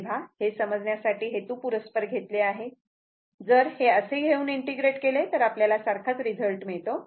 तेव्हा हे समजण्यासाठी हेतूपुरस्पर घेतले आहे जर हे असे घेऊन इंटिग्रेट केले तर आपल्याला सारखाच रिझल्ट मिळतो